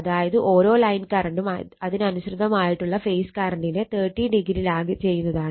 അതായത് ഓരോ ലൈൻ കറണ്ടും അതിനനുസൃതമായിട്ടുളള ഫേസ് കറണ്ടിനെ 30o ലാഗ് ചെയ്യുന്നതാണ്